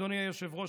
אדוני היושב-ראש,